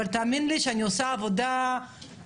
אבל תאמין לי שאני עושה עבודה יקי,